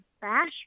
bash